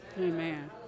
Amen